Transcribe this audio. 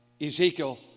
Ezekiel